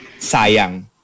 sayang